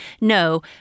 No